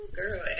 girl